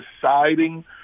deciding